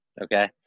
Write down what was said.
Okay